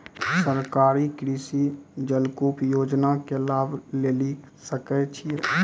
सरकारी कृषि जलकूप योजना के लाभ लेली सकै छिए?